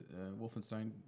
Wolfenstein